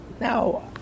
Now